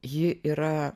ji yra